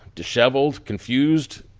disheveled, confused,